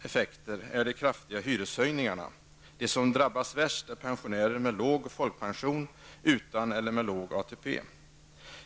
effekter är de kraftiga hyreshöjningarna. De som drabbas värst är pensionärer med låg folkpension, utan ATP eller med låg ATP.